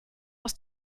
aus